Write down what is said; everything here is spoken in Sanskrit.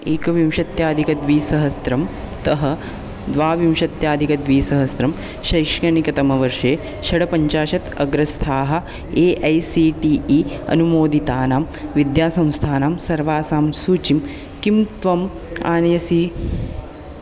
एकविंशत्यधिकद्विसहस्रं तः द्वाविंशत्यधिकद्विसहस्रं शैक्षणिकतमवर्षे षट्पञ्चाशत् अग्रस्थाः A I C T E अनुमोदितानां विद्यासंस्थानां सर्वासां सूचीं किं त्वम् आनयसि